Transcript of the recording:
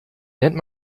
nennt